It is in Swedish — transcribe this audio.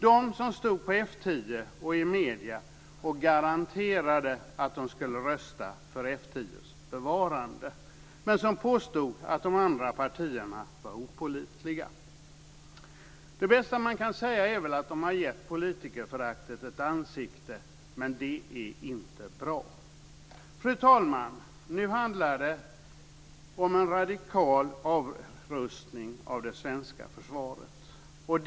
Det var de som stod på F 10 och i medierna och garanterade att de skulle rösta för F 10:s bevarande men påstod att de andra partierna var opålitliga. Det bästa man kan säga är väl att de givit politikerföraktet ett ansikte, men det är inte bra. Fru talman! Nu handlar det om en radikal avrustning av det svenska försvaret.